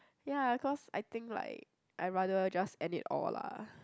ya cause I think like I rather just end it all lah